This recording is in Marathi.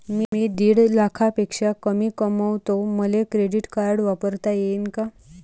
मी दीड लाखापेक्षा कमी कमवतो, मले क्रेडिट कार्ड वापरता येईन का?